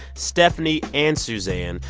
stephanie, and suzanne.